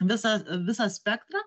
visą visą spektrą